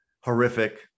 horrific